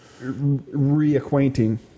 Reacquainting